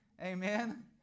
Amen